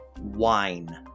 wine